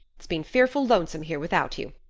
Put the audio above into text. it's been fearful lonesome here without you,